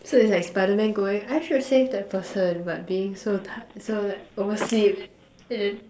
so it's like spider man going I should save that person but being so ti~ so like over sleep and then